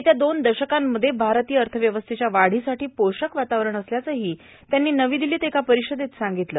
येत्या दोन दशकांमध्ये भारतीय अर्थव्यवस्थेच्या वादीसाठी पोषक वातावरण असल्याचंही त्यांनी नवी दिल्लीत एका परिषदेत सांगितलं